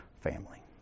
family